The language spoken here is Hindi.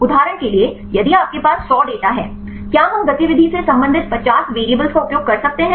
उदाहरण के लिए यदि आपके पास 100 डेटा है क्या हम गतिविधि से संबंधित 50 वेरिएबल्स का उपयोग कर सकते हैं